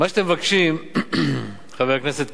מה שאתם מבקשים, חבר הכנסת כבל,